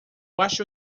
acho